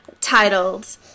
titled